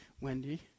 Wendy